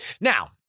Now